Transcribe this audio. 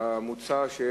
הרוחבי המוצע,